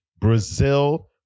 Brazil